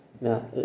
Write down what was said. Now